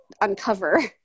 uncover